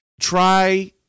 try